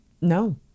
No